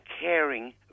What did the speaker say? caring